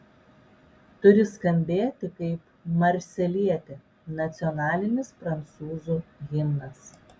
turi skambėti kaip marselietė nacionalinis prancūzų himnas